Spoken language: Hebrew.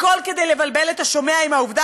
הכול כדי לבלבל את השומע עם העובדה